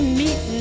meet